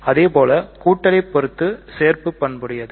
அதேபோல கூட்டலை பொறுத்து சேர்ப்புப் பண்புடையது